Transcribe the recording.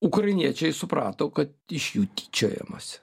ukrainiečiai suprato kad iš jų tyčiojamasi